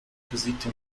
besiegte